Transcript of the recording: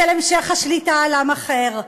של המשך השליטה על עם אחר.